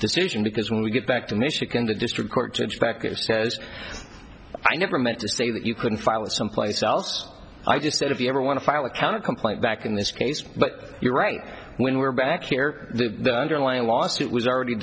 decision because when we get back to michigan the district court judge baucus says i never meant to say that you couldn't file it someplace else i just said if you ever want to file a count complaint back in this case but you're right when we're back here the underlying lawsuit was already